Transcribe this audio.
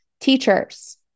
Teachers